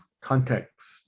context